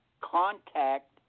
contact